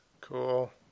Cool